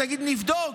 תגיד: נבדוק,